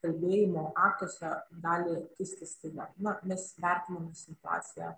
kalbėjimo aktuose gali kisti staiga na mes vertiname situaciją